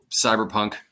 cyberpunk